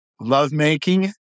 lovemaking